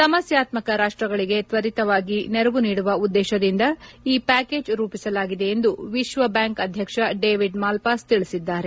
ಸಮಸ್ಯಾತ್ಮಕ ರಾಷ್ಟಗಳಿಗೆ ತ್ವರಿತವಾಗಿ ನೆರವು ನೀಡುವ ಉದ್ದೇಶದಿಂದ ಈ ಪ್ಯಾಕೇಜ್ ರೂಪಿಸಲಾಗಿದೆ ಎಂದು ವಿಶ್ವ ಬ್ಯಾಂಕ್ ಅಧ್ಯಕ್ಷ ಡೇವಿಡ್ ಮಾಲ್ವಾಸ್ ತಿಳಿಸಿದ್ದಾರೆ